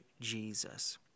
Jesus